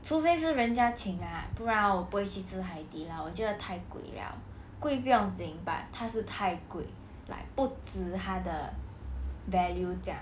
除非是人家请 ah 不然我不会去吃海底捞我觉得太贵 liao 贵不用经 but 它是太贵 like 不止它的 value 这样